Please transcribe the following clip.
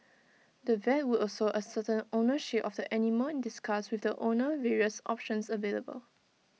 the vet would also ascertain ownership of the animal and discuss with the owner various options available